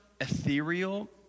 ethereal